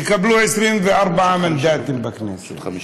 יקבלו 24 מנדטים בכנסת.